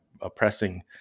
oppressing